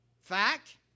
fact